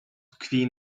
tkwi